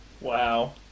Wow